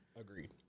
Agreed